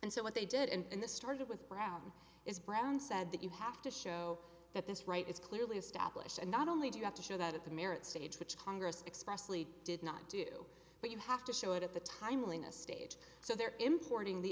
and so what they did and this started with brown is brown said that you have to show that this right is clearly established and not only do you have to show that at the merits stage which congress expressly did not do but you have to show it at the timeliness stage so they're importing